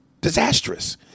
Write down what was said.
Disastrous